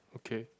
okay